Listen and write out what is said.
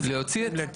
להוציא.